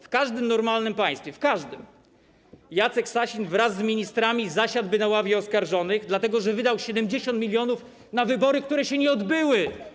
W każdym normalnym państwie - w każdym - Jacek Sasin wraz z ministrami zasiadłby na ławie oskarżonych, dlatego że wydał 70 mln na wybory, które się nie odbyły.